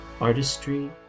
artistry